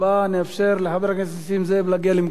נאפשר לחבר הכנסת נסים זאב להגיע למקומו.